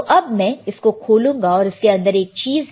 अब मैं इसको खोलूंगा और इसके अंदर एक चीज है